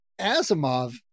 Asimov